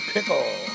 Pickle